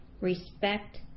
respect